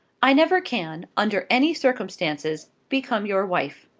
i never can, under any circumstances, become your wife.